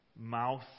mouth